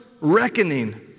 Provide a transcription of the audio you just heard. reckoning